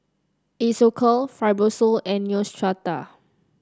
Isocal Fibrosol and Neostrata